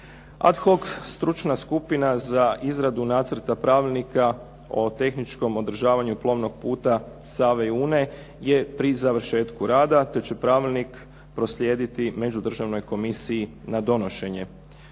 Ad hoc stručna skupina za izradu nacrta pravilnika o tehničkom održavanju plovnog puta Save i Une je pri završetku rada, te će pravilnik proslijediti međudržavnoj komisiji na donošenje.